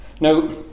Now